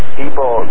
people